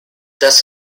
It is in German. das